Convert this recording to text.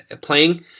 playing